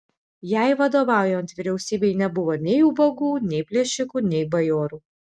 jai vadovaujant vyriausybei nebuvo nei ubagų nei plėšikų nei bajorų